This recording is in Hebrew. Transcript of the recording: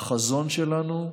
החזון שלנו,